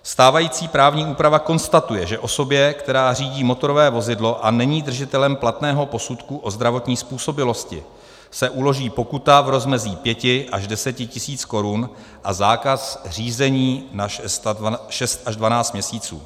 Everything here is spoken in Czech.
Stávající právní úprava konstatuje, že osobě, která řídí motorové vozidlo a není držitelem platného posudku o zdravotní způsobilosti, se uloží pokuta v rozmezí 5 až 10 tisíc korun a zákaz řízení na 6 až 12 měsíců.